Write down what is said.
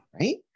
Right